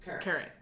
carrot